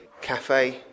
cafe